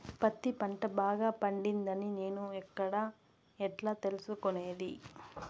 పత్తి పంట బాగా పండిందని నేను ఎక్కడ, ఎట్లా తెలుసుకునేది?